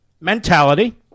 mentality